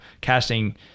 casting